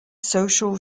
social